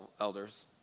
elders